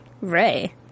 Ray